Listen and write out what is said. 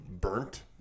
burnt